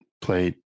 played